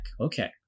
Okay